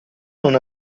non